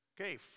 Okay